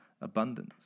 abundance